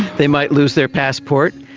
they might lose their passport.